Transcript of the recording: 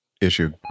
issue